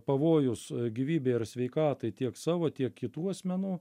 pavojus gyvybei ar sveikatai tiek savo tiek kitų asmenų